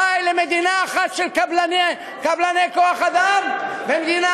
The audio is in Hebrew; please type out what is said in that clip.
די למדינה אחת של עובדי כוח-אדם ומדינה